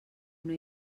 una